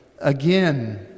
again